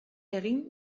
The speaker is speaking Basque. egin